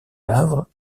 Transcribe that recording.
havre